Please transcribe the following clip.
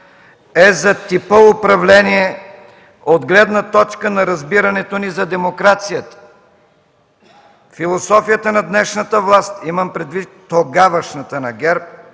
е за типа управление от гледна точка на разбирането ни за демокрацията. Философията на днешната власт – имам предвид тогавашната – на ГЕРБ,